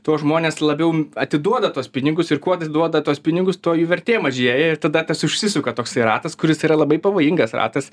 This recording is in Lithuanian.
tuos žmonės labiau atiduoda tuos pinigus ir kuo atiduoda tuos pinigus tuo jų vertė mažėja ir tada tas užsisuka toksai ratas kuris yra labai pavojingas ratas